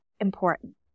important